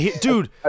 Dude